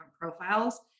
profiles